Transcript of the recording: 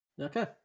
Okay